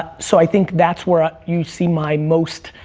so i think that's where ah you see my most